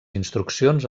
instruccions